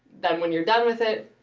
then when you're done with it,